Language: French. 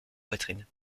poitrine